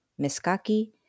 Miskaki